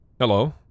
hello